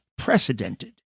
precedented